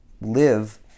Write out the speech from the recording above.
live